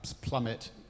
plummet